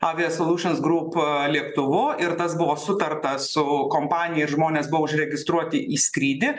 avia solutions group lėktuvu ir tas buvo sutarta su kompanija ir žmonės buvo užregistruoti į skrydį